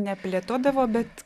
neplėtodavo bet